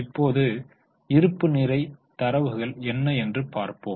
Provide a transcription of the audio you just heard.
இப்போது இருப்பு நிலை தரவுகள் என்ன என்று பார்ப்போம்